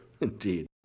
indeed